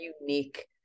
unique